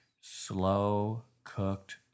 slow-cooked